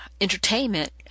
entertainment